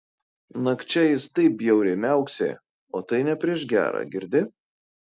nakčia jis taip bjauriai miauksi o tai ne prieš gera girdi